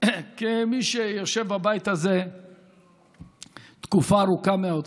כמי שיושב בבית הזה תקופה ארוכה מאוד,